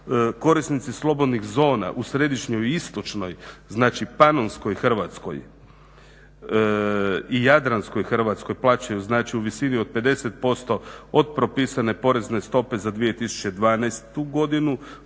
korisnici slobodnih zona u središnjoj i istočnoj, znači Panonskoj Hrvatskoj i Jadranskoj Hrvatskoj plaćaju znači u visini od 50% od propisane porezne stope za 2012. godinu